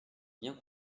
bien